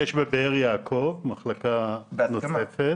יש בבאר יעקב מחלקה נוספת.